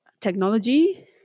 technology